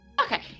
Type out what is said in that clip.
Okay